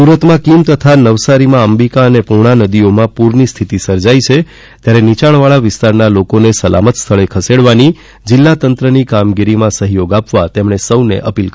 સુરતમાં કિમ તથા નવસારીમાં અંબિકા અને પૂર્ણા નદીઓમાં પૂરની સ્થિતિ સર્જાઇ છે ત્યારે નીચાણવાળા વિસ્તારના લોકોને સલામત સ્થળે ખસેડવાની જિલ્લા તંત્રની કામગીરીમાં સહયોગ આપવા તેમણે સોને અપીલ કરી છે